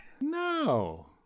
No